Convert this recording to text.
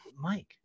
mike